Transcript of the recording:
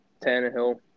Tannehill